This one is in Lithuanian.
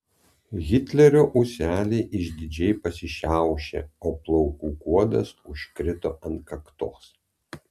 hitlerio ūseliai išdidžiai pasišiaušė o plaukų kuodas užkrito ant kaktos